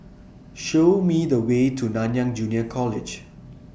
Show Me The Way to Nanyang Junior College